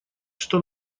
что